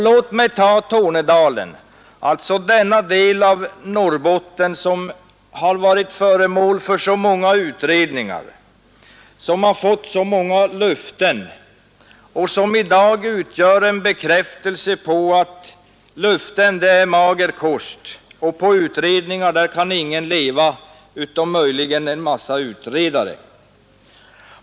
Låt mig ta Tornedalen, denna del av Norrbotten som har varit föremål för så många utredningar, som har fått så många löften och som i dag utgör en bekräftelse på att löften är mager kost och att på utredningar kan ingen leva — utom möjligtvis en massa utredare.